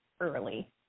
early